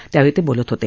त्यावेळी ते बोलत होते